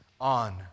on